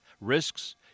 risks